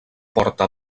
porta